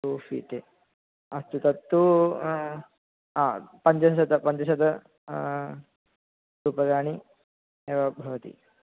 two feet अस्तु तत्तु पञ्चशतं पञ्चशतरूप्यकाणि एव भवति